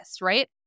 right